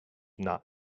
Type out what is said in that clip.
not